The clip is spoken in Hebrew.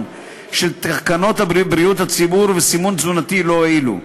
של תקנות בריאות הציבור (מזון) (סימון תזונתי) לא הועילו.